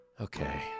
Okay